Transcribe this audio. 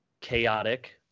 chaotic